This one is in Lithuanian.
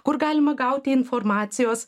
kur galima gauti informacijos